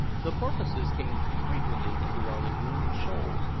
the porpoises came frequently into our lagoon in shoals,